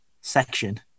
section